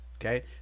Okay